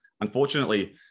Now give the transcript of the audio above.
unfortunately